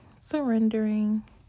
surrendering